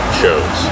shows